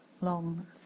long